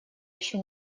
еще